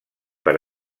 per